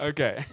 Okay